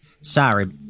Sorry